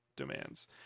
demands